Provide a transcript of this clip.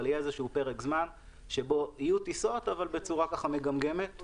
אבל יהיה פרק זמן שבו יהיו טיסות אבל בצורה מגמגמת.